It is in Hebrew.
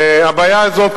הבעיה הזאת,